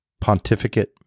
pontificate